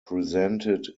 presented